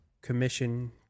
commission